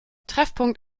treffpunkt